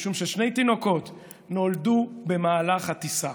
משום ששני תינוקות נולדו במהלך הטיסה.